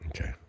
Okay